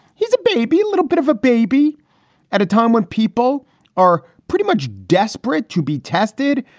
he's a baby. little bit of a baby at a time when people are pretty much desperate to be tested,